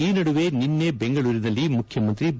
ಈ ನಡುವೆ ನಿನ್ನೆ ಬೆಂಗಳೂರಿನಲ್ಲಿ ಮುಖ್ಯಮಂತ್ರಿ ಬಿ